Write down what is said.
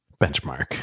Benchmark